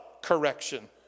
correction